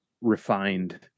refined